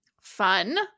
Fun